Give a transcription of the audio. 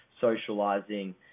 socializing